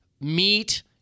meat